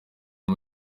aya